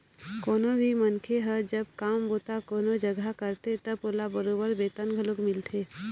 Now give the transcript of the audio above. कोनो भी मनखे ह जब काम बूता कोनो जघा करथे तब ओला बरोबर बेतन घलोक मिलथे